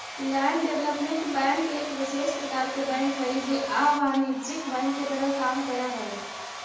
land development bank एक विशेष प्रकार के बैंक हइ जे अवाणिज्यिक बैंक के तरह काम करऽ हइ